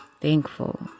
thankful